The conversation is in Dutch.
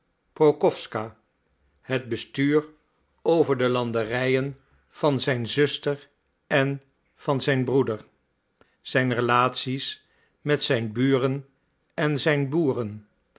prokowska het bestuur over de landerijen van zijn zuster en van zijn broeder zijn relatie's met zijn buren en zijn boeren